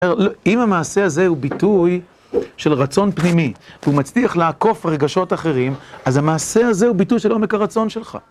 אם המעשה הזה הוא ביטוי של רצון פנימי והוא מצליח לעקוף הרגשות האחרים, אז המעשה הזה הוא ביטוי של עומק הרצון שלך.